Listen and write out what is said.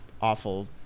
awful